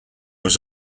was